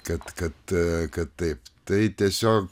kad kad kad taip tai tiesiog